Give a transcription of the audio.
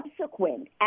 subsequent